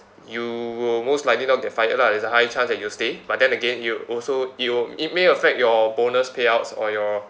you will most likely not get fired lah there's a high chance that you'll stay but then again you also you it may affect your bonus payouts or your